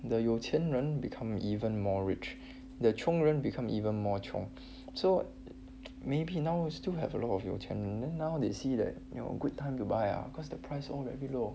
the 有钱人 become even more rich the 穷人 become even more 穷 so maybe now still have a lot of 有钱人 then now they see that you know good time to buy ah cause the price very low